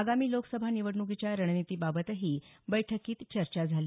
आगामी लोकसभा निवडणुकीच्या रणनितीबाबतही बैठकीत चर्चा झाली